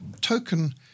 token